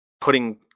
putting